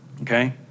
okay